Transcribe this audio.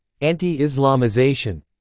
anti-Islamization